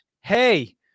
Hey